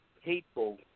hateful